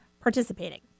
participating